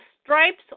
stripes